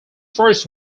first